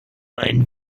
einen